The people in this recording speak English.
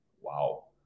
wow